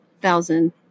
thousand